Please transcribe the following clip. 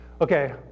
Okay